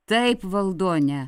taip valdone